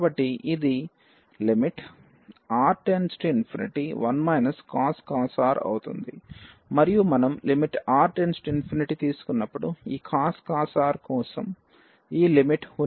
కాబట్టి ఇది lim⁡R→∞1 cos R అవుతుంది మరియు మనం lim⁡R→∞తీసుకున్నప్పుడు ఈ cos R కోసం ఈ లిమిట్ ఉనికిలో లేదు